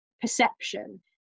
perception